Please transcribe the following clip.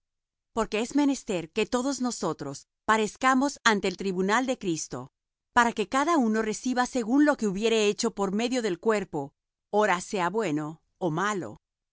porque es menester que todos nosotros parezcamos ante el tribunal de cristo para que cada uno reciba según lo que hubiere hecho por medio del cuerpo ora sea bueno ó malo